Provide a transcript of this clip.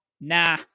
nah